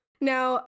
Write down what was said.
now